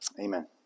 amen